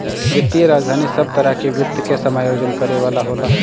वित्तीय राजधानी सब तरह के वित्त के समायोजन करे वाला होला